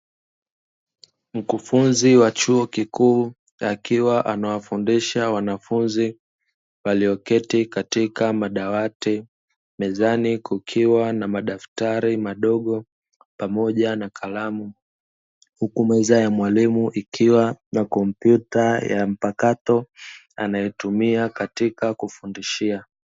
Mkufunzi wa chuo kikuu akiwa anawafundisha wanafunzi walioketi katika madawati mezani kukiwa na madaftari madogo pamoja na kalamu, huku meza ya mwalimu ikiwa na kompyuta ya mpakato, anayotumia katika kufundishia.